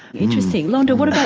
interesting. londa what about